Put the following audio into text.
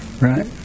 right